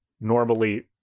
normally